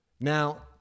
Now